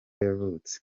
yavutse